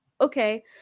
okay